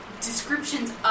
descriptions